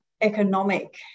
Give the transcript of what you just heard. economic